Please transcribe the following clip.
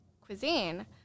cuisine